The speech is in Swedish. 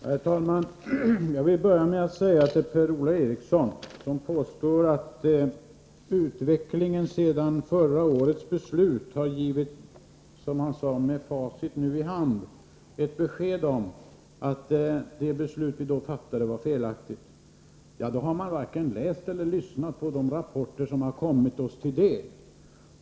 Herr talman! Jag vill börja med att bemöta Per-Ola Eriksson, som påstår, med facit nu i hand, att utvecklingen sedan förra årets beslut har givit ett besked om att det beslut vi då fattade var felaktigt. Per-Ola Eriksson har tydligen inte alls tagit del av de rapporter som har kommit.